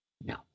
No